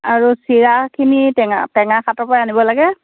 আৰু চিৰাখিনি টেঙা টেঙা সাটৰ পৰা আনিব লাগে